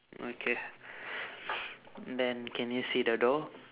okay then can you see the door